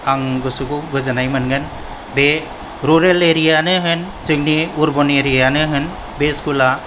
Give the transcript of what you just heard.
आं गोसोखौ गोजोननाय मोनगोन बे रूरेल एरियायानो होन जोंनि आरबान एरियायानो होन बे स्कूला